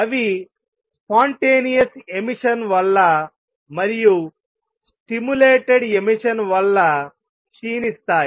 అవి spontaneous emission వల్ల మరియు స్టిములేటెడ్ ఎమిషన్ వల్ల క్షీణిస్తాయి